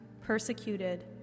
persecuted